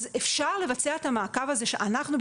אז אפשר לבצע את המעקב הזה שאנחנו,